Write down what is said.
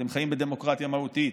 אתם חיים בדמוקרטיה מהותית,